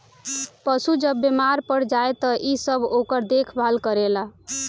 पशु जब बेमार पड़ जाए त इ सब ओकर देखभाल करेल